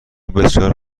بسیار